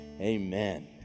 Amen